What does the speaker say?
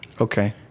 Okay